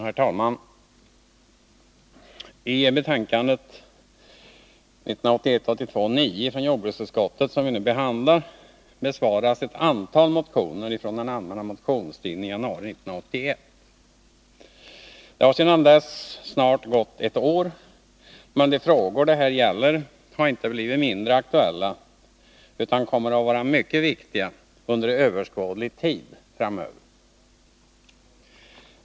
Herr talman! I betänkande 1981/82:9 från jordbruksutskottet, som vi nu diskuterar, behandlas ett antal motioner från den allmänna motionstiden i januari 1981. Det har sedan dess snart gått ett år, men de frågor det här gäller har inte blivit mindre aktuella utan kommer att vara mycket viktiga under överskådlig tid.